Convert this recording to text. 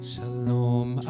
Shalom